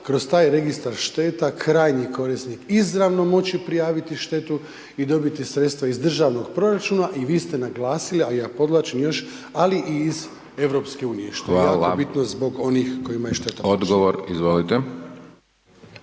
o Registru šteta krajnji korisnik izravno moći prijaviti štetu i dobiti sredstva iz državnog proračuna i vi ste naglasili a ja podvlačim još, ali i iz EU-a što je jako bitno zbog onih kojima je šteta .../Govornik se